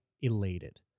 elated